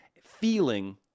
feeling